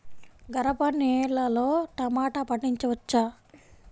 గరపనేలలో టమాటా పండించవచ్చా?